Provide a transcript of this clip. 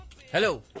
Hello